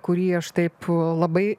kurį aš taip labai